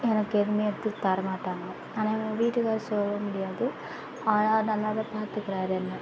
எனக்கு எதுவுமே எடுத்து தரமாட்டாங்க ஆனால் எங்கள் வீட்டுக்கார் சொல்ல முடியாது ஆனால் நல்லா தான் பார்த்துக்குறாரு என்ன